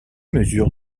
mesure